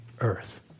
earth